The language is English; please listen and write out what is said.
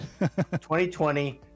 2020